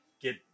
get